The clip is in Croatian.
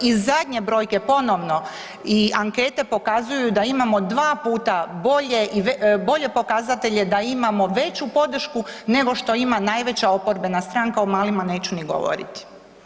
I zadnje brojke ponovno i ankete pokazuju da imamo dva puta bolje, bolje pokazatelje, da imamo veću podršku nego što ima najveća oporbena stranka, o malima neću ni govoriti.